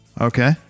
Okay